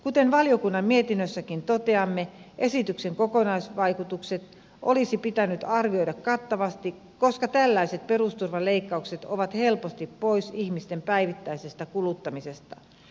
kuten valiokunnan mietinnössäkin toteamme esityksen kokonaisvaikutukset olisi pitänyt arvioida kattavasti koska tällaiset perusturvan leikkaukset ovat helposti pois ihmisten päivittäisestä kuluttamisesta